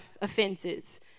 offenses